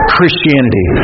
Christianity